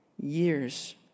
years